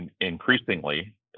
increasingly